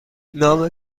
نام